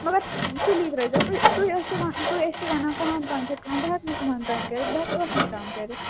مگر سُلی ترٛٲے زیو تُہۍ تُہۍ ٲسِو ٲسِو وَنان کاہن تانۍ چھِ کام بہٕ ہٮ۪کہٕ نہٕ کہن تانۍ کٔرِتھ بہٕ ہٮ۪کہٕ ٲٹھٕے تام کٔرِتھ